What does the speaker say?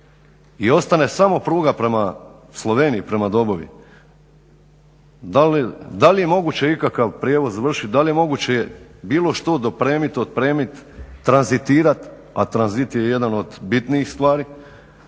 i ostane samo pruga prema Sloveniji, prema Dobovi da li je moguće ikakav prijevoz vršiti, da li je moguće bilo što dopremit, otpremit, tranzitirat a tranzit je jedan od bitnijih stvari